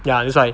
ya that's why